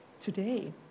today